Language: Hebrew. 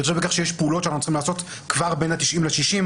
בהתחשב בכך שיש פעולות שאנחנו צריכים לעשות כבר בין ה-90 ל-60,